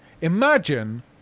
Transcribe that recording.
Imagine